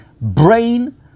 brain